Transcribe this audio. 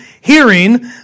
hearing